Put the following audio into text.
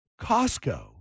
Costco